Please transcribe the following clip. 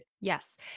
Yes